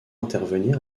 intervenir